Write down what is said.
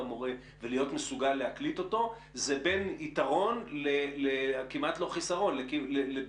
המורה ולהיות מסוגל להקליט אותו זה בין יתרון לבלתי אפשרי.